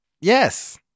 Yes